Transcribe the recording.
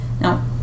Now